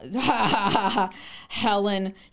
Helen